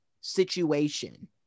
situation